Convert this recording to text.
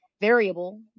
variable